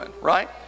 right